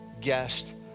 guest